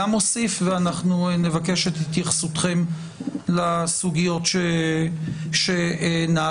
גם אוסיף ונבקש את התייחסותכם לסוגיות שנעלה.